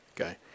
Okay